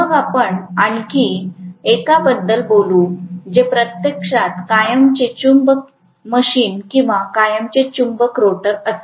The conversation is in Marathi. मग आपण आणखी एकाबद्दल बोलू जे प्रत्यक्षात कायमचे चुंबक मशीन किंवा कायमचे चुंबक रोटर असते